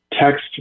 text